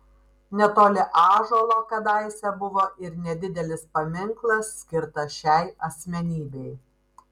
netoli ąžuolo kadaise buvo ir nedidelis paminklas skirtas šiai asmenybei